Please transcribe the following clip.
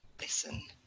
listen